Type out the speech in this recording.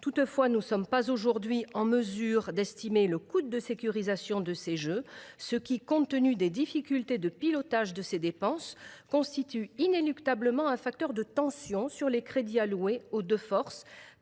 Toutefois, nous ne sommes pas aujourd’hui en mesure d’estimer le coût de sécurisation de ces jeux, ce qui, compte tenu des difficultés de pilotage des dépenses, constitue inéluctablement un facteur de tension sur les crédits alloués aux deux forces,